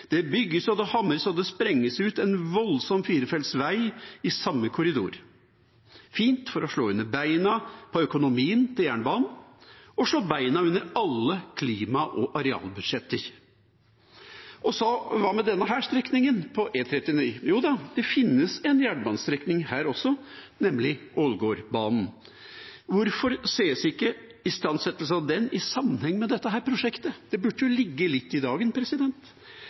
Det bygges, og det hamres, og det sprenges ut en voldsom firefeltsvei i samme korridor – fint for å slå beina vekk under økonomien til jernbanen og å slå beina vekk under alle klima- og arealbudsjetter. Så hva med denne strekningen på E39? Jo da, det finnes en jernbanestrekning her også, nemlig Ålgårdbanen. Hvorfor sees ikke istandsettelse av den i sammenheng med dette prosjektet? Det burde jo ligge litt i dagen.